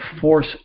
force